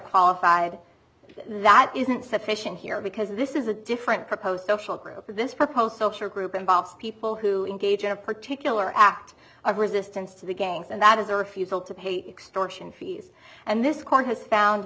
qualified that isn't sufficient here because this is a different proposed social group or this proposed group involves people who engage in a particular act of resistance to the gangs and that is a refusal to pay extortion fees and this court has found